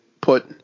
put